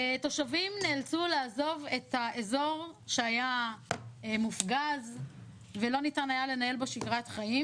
תושבים נאלצו לעזוב את האזור שהיה מופגז ולא ניתן היה לנהל בו שגרת חיים